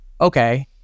okay